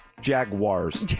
Jaguars